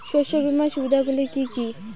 শস্য বিমার সুবিধাগুলি কি কি?